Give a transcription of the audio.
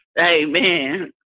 Amen